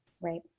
Right